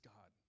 God